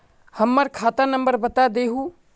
हमर खाता नंबर बता देहु?